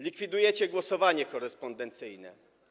Likwidujecie głosowanie korespondencyjne.